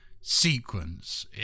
sequence